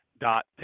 dot